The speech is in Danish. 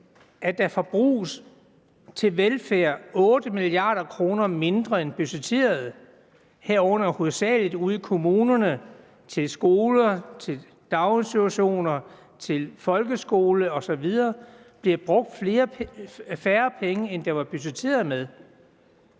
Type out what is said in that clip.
velfærd forbruges 8 mia. kr. mindre end budgetteret, herunder hovedsagelig ude i kommunerne, til skoler, til daginstitutioner, til folkeskoler osv., altså at der bliver brugt færre penge, end der var budgetteret med,